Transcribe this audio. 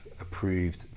approved